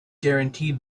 guaranteed